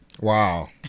Wow